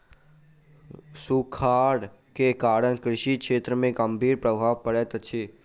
सूखाड़ के कारण कृषि क्षेत्र में गंभीर प्रभाव पड़ैत अछि